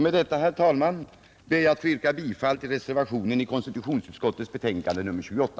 Med dessa ord, herr talman, ber jag att få yrka bifall till reservationen till konstitutionsutskottets betänkande nr 28.